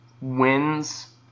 wins